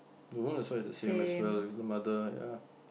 the one I saw is the same as well with the mother ya